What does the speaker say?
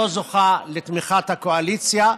לא זוכה לתמיכת הקואליציה,